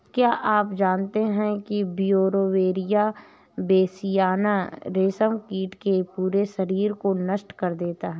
क्या आप जानते है ब्यूवेरिया बेसियाना, रेशम कीट के पूरे शरीर को नष्ट कर देता है